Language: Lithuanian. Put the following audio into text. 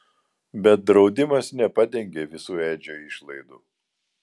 bet draudimas nepadengė visų edžio išlaidų